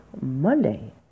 Monday